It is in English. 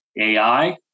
AI